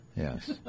yes